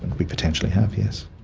we potentially have, yes.